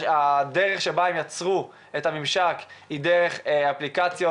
הדרך שבה הם יצרו את הממשק היא דרך אפליקציות.